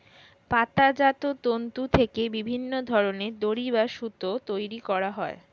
পাতাজাত তন্তু থেকে বিভিন্ন ধরনের দড়ি বা সুতো তৈরি করা হয়